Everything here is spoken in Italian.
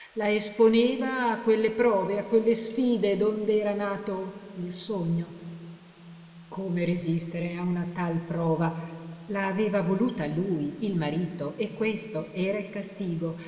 la esponeva a quelle prove a quelle sfide dond'era nato il sogno come resistere a una tal prova la aveva voluta lui il marito e questo era il castigo